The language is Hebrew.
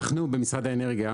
אנחנו, במשרד האנרגיה,